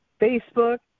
Facebook